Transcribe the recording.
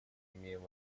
имеем